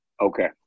Okay